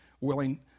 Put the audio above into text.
willing